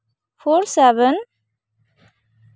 four seven